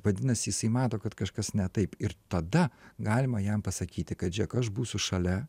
vadinasi jisai mato kad kažkas ne taip ir tada galima jam pasakyti kad žiūrėk aš būsiu šalia